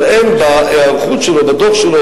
אבל אין בדוח שלו,